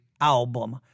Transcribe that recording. album